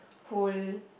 whole